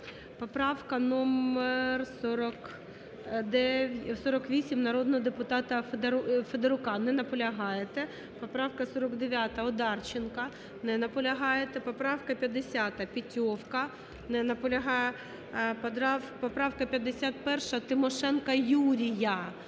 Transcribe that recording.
Поправка номер 48 народного депутата Федоруку. Не наполягаєте. Поправка 49-а Одарченка. Не наполягаєте. Поправка 50, Петьовка. Не наполягає. Поправка 51-а Тимошенка Юрія.